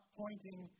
pointing